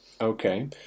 Okay